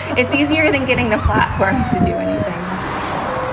it's easier than getting the platforms to do anything, that's for sure